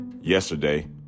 Yesterday